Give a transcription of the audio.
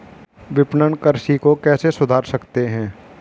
विपणन कृषि को कैसे सुधार सकते हैं?